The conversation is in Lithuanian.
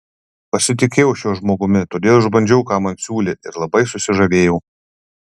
pasitikėjau šiuo žmogumi todėl išbandžiau ką man siūlė ir labai susižavėjau